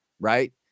right